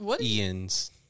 Ian's